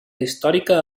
històrica